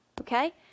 Okay